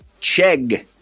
Chegg